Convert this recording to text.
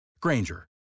Granger